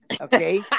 okay